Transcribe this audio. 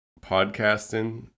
podcasting